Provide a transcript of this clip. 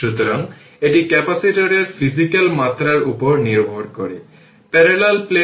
সুতরাং এই ক্ষেত্রে এটি হবে 1 6 e এর পাওয়ার 2 t 3 ভোল্ট